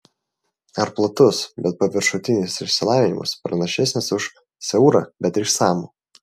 ar platus bet paviršutinis išsilavinimas pranašesnis už siaurą bet išsamų